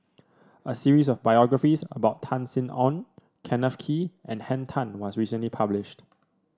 a series of biographies about Tan Sin Aun Kenneth Kee and Henn Tan was recently published